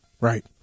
Right